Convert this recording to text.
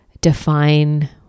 define